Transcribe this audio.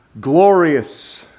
glorious